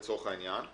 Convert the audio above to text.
לצורך העניין,